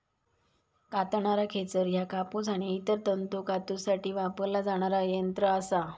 कातणारा खेचर ह्या कापूस आणि इतर तंतू कातूसाठी वापरला जाणारा यंत्र असा